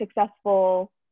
successful